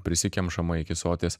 prisikemšama iki soties